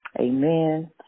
Amen